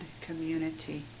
Community